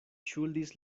ŝuldis